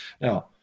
now